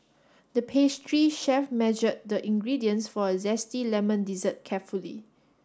the pastry chef measured the ingredients for a zesty lemon dessert carefully